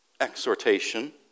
exhortation